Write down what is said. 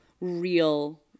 real